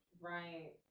Right